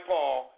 Paul